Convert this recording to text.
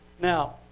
Now